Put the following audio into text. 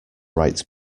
right